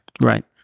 Right